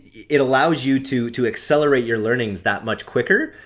it allows you to to accelerate your learnings that much quicker,